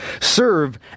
serve